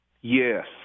Yes